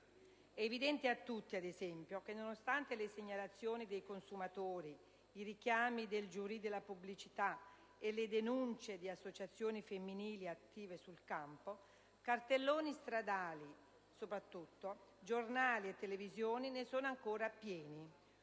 È evidente a tutti, ad esempio, che nonostante le segnalazioni dei consumatori, i richiami del giurì della pubblicità e le denunce di associazioni femminili attive sul campo, cartelloni stradali, giornali e televisioni ne sono ancora pieni